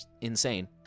insane